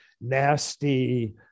nasty